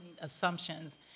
assumptions